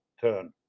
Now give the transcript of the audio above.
turn